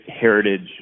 heritage